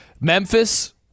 Memphis